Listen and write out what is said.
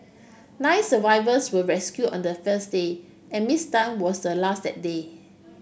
nine survivors were rescued on the first day and Miss Tan was the last that day